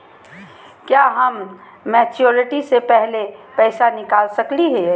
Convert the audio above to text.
का हम मैच्योरिटी से पहले पैसा निकाल सकली हई?